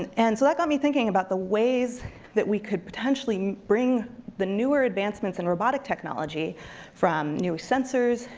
and and so that got me thinking about the ways that we could potentially bring the newer advancements in robotic technology from new sensors,